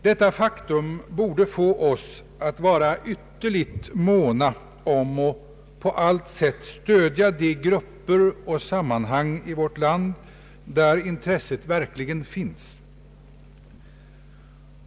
Detta faktum borde få oss att vara ytterligt måna om och på allt sätt stödja de grupper och sammanhang i vårt land där intresset verkligen finns.